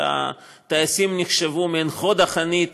והטייסים נחשבו מעין חוד החנית